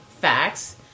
Facts